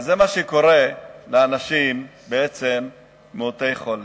זה מה שקורה לאנשים מעוטי יכולת.